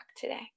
today